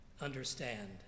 understand